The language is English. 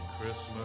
Christmas